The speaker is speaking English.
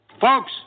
Folks